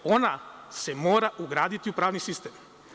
Ona se mora ugraditi u pravni sistem.